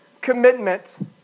commitment